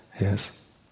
Yes